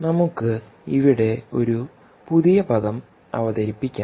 നമുക്ക് ഇവിടെ ഒരു പുതിയ പദം അവതരിപ്പിക്കാം